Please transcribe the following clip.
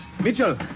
Mitchell